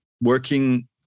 working